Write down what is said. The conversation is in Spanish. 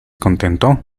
contento